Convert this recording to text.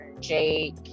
Jake